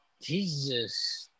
Jesus